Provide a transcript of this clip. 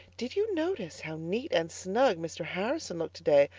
did you notice how neat and snug mr. harrison looked today?